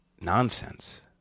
nonsense